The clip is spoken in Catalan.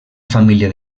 família